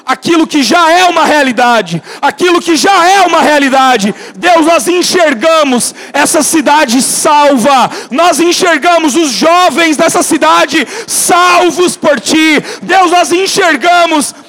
Aquilo que já é uma realidade. Aquilo que já é uma realidade. Deus, nós enxergamos essa cidade salva. Nós enxergamos os jovens dessa cidade salvos por Ti. Deus, nós enxergamos